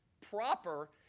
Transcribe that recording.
proper